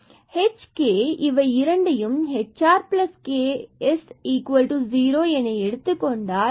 எனவே h and k இவை இரண்டையும் hrks0 இவ்வாறாக எடுத்துக்கொண்டால் பின்பு hr ks